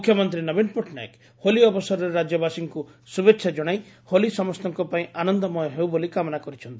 ମୁଖ୍ୟମନ୍ତୀ ନବୀନ ପଟ୍ଟନାୟକ ହୋଲି ଅବସରରେ ରାଜ୍ୟବାସୀଙ୍କୁ ଶ୍ରଭେଛା ଜଣାଇ ହୋଲି ସମସ୍ତଙ୍କ ପାଇଁ ଆନନ୍ଦମୟ ହେଉ ବୋଲି କାମନା କରିଛନ୍ତି